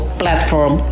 platform